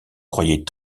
croyait